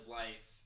life